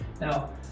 Now